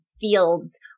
fields